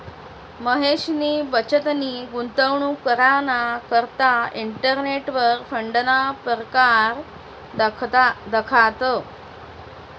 महेशनी बचतनी गुंतवणूक कराना करता इंटरनेटवर फंडना परकार दखात